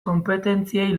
konpetentziei